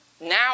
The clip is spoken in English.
now